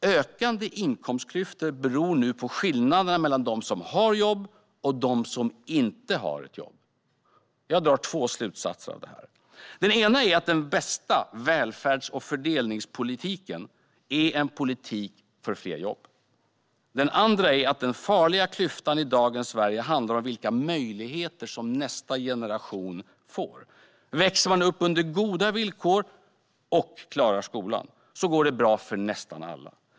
Ökande inkomstklyftor beror nu på skillnaderna mellan de som har jobb och de som inte har jobb. Jag drar två slutsatser av detta. Den ena är att den bästa välfärds och fördelningspolitiken är en politik för fler jobb. Den andra är att den farliga klyftan i dagens Sverige handlar om vilka möjligheter som nästa generation får. Växer man upp under goda villkor och klarar skolan går det bra för nästan alla.